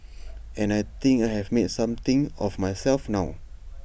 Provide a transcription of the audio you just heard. and I think I have made something of myself now